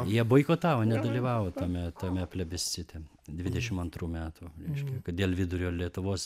jie boikotavo nedalyvavo tame tame plebiscite dvidešim antrų metų reiškia kad dėl vidurio lietuvos